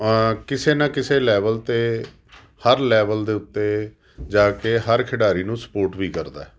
ਕਿਸੇ ਨਾ ਕਿਸੇ ਲੈਵਲ 'ਤੇ ਹਰ ਲੈਵਲ ਦੇ ਉੱਤੇ ਜਾ ਕੇ ਹਰ ਖਿਡਾਰੀ ਨੂੰ ਸਪੋਰਟ ਵੀ ਕਰਦਾ